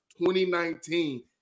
2019 –